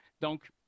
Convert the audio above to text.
Donc